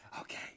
Okay